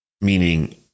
meaning